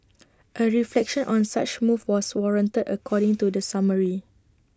A reflection on such move was warranted according to the summary